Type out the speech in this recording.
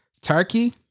turkey